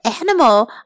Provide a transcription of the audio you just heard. animal